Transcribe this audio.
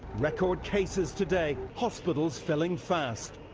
record cases today, hospitals filling fast.